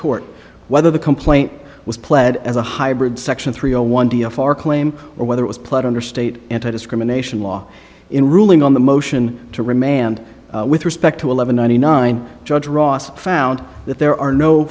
court whether the complaint was pled as a hybrid section three zero one d a far claim or whether it was plowed under state anti discrimination law in ruling on the motion to remand with respect to eleven ninety nine judge ross found that there are no